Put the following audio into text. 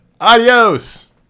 Adios